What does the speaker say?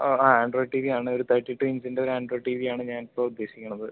ഓ ആ Android TV വി ആണ് ഒര് തെർട്ടി ടു ഇഞ്ചിൻ്റ ഒരു ആൻഡ്രോയിഡ് ടി വി ആണ് ഞാൻ ഇപ്പോൾ ഉദ്ദേശിക്കണത്